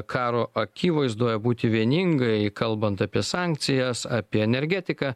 karo akivaizdoje būti vieningai kalbant apie sankcijas apie energetiką